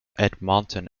edmonton